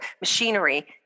machinery